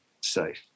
safe